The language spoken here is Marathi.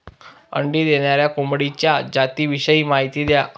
अंडी देणाऱ्या कोंबडीच्या जातिविषयी माहिती द्या